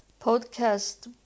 podcast